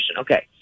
Okay